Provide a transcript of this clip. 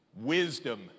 Wisdom